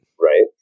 Right